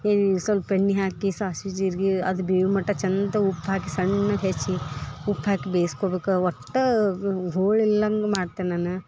ಈ ಸೊಲ್ಪ ಎಣ್ಣೆ ಹಾಕಿ ಸಾಸ್ವಿ ಜೀರ್ಗಿ ಅದು ಬೇವು ಮಟ ಚಂದ ಉಪ್ಪಾಕಿ ಸಣ್ಣಕ್ಕೆ ಹೆಚ್ಚಿ ಉಪ್ಪು ಹಾಕಿ ಬೆಸ್ಕೊಬಕ ಒಟ್ಟ ಹೋಳಿಲ್ಲಾಂಗ ಮಾಡ್ತೆ ನಾನು